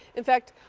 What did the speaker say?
in fact,